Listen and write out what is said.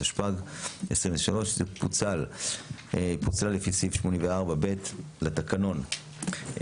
התשפ"ג-2023 [פוצלה לפי סעיף 84(ב) לתקנון].